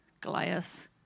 Goliath